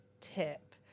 tip